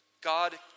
God